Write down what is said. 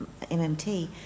MMT